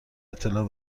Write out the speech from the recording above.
اطلاع